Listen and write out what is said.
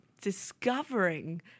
discovering